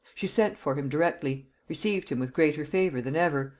she sent for him directly, received him with greater favor than ever,